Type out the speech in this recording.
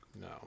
No